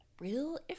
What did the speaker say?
real